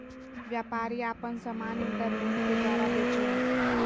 व्यापारी आपन समान इन्टरनेट के द्वारा बेचो हइ